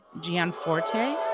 Gianforte